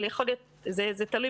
זה תלוי